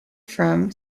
from